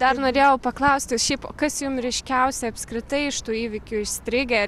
dar norėjau paklausti šiaip kas jum ryškiausia apskritai iš tų įvykių įstrigę